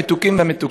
המתוקים והמתוקות,